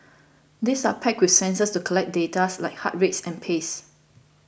these are packed with sensors to collect data like heart rates and paces